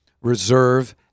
Reserve